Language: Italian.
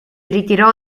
ritirò